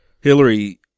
Hillary